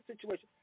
situation